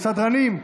סדרנים.